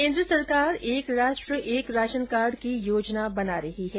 केन्द्र सरकार एक राष्ट्र एक राशन कार्ड की योजना बना रही है